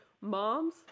moms